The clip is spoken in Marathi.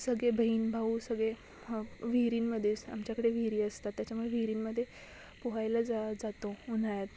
सगळे बहीण भाऊ सगळे विहिरीमधे आमच्याकडे विहिरी असतात त्याच्यामुळे विहिरींमधे पोहायला जा जातो उन्हाळ्यात